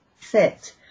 sit